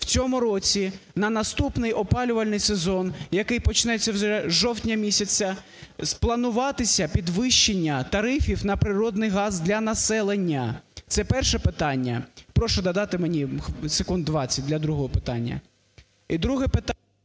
в цьому році, на наступний опалювальний сезон, який почнеться вже з жовтня місяця, плануватися підвищення тарифів на природний газ для населення. Це перше питання. Прошу додати мені секунд 20 для другого питання.